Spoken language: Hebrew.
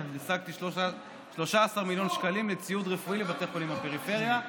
עוד השגתי 13 מיליון שקלים לציוד רפואי לבתי חולים בפריפריה: